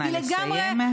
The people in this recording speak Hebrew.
נא לסיים.